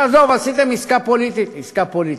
תעזוב, עשיתם עסקה פוליטית, עסקה פוליטית.